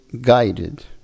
guided